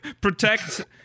protect